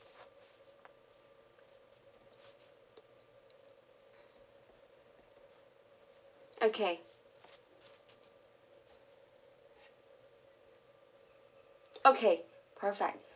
okay okay perfect